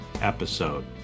episode